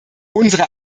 unsere